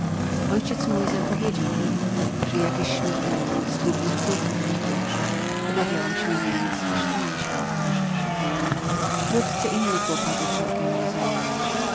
ojciec mój zapowiedział mi że jakiś śmiertelnik zgubny wpływ na mnie wywrze wkrótce inne kłopoty całkiem mnie zajęły